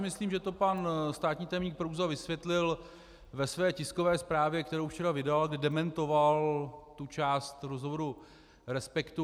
Myslím si, že to pan státní tajemník Prouza vysvětlil ve své tiskové zprávě, kterou včera vydal, kde dementoval tu část rozhovoru Respektu.